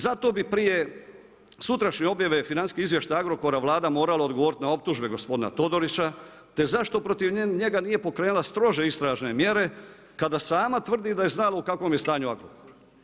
Zato bi prije sutrašnje objave financijskih izvještaja Agrokora Vlada morala odgovoriti na optužbe gospodina Todorića te zašto protiv njega nije pokrenula strože istražne mjere kada sama tvrdi da je znala u kakvom je stanju Agrokor.